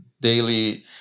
daily